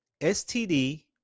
STD